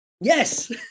Yes